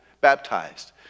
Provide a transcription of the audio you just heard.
baptized